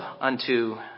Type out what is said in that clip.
unto